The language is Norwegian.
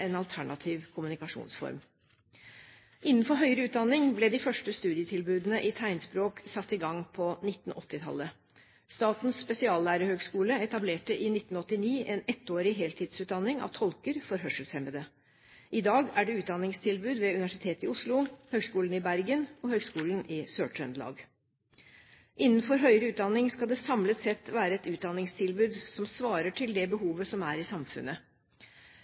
en alternativ kommunikasjonsform. Innenfor høyere utdanning ble de første studietilbudene i tegnspråk satt i gang på 1980-tallet. Statens spesiallærerhøgskole etablerte i 1989 en ettårig heltidsutdanning av tolker for hørselshemmede. I dag er det utdanningstilbud ved Universitetet i Oslo, Høgskolen i Bergen og Høgskolen i Sør-Trøndelag. Innenfor høyere utdanning skal det samlet sett være et utdanningstilbud som svarer til det behovet som er i samfunnet.